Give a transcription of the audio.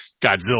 Godzilla